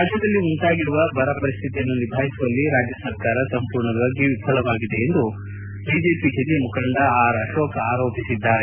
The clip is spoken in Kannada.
ರಾಜ್ಞದಲ್ಲಿ ಉಂಟಾಗಿರುವ ಬರ ಪರಿಸ್ತಿತಿಯನ್ನು ನಿಭಾಯಿಸುವಲ್ಲಿ ರಾಜ್ಞ ಸರ್ಕಾರ ಸಂಪೂರ್ಣ ವಿಫಲವಾಗಿದೆ ಎಂದು ಬಿಜೆಪಿ ಹಿರಿಯ ಮುಖಂಡ ಆರ್ ಅಶೋಕ ಆರೋಪಿಸಿದ್ದಾರೆ